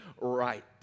right